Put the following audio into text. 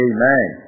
Amen